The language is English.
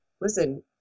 listen